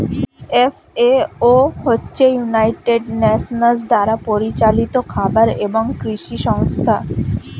FAO হচ্ছে United Nations দ্বারা পরিচালিত খাবার এবং কৃষি সংস্থা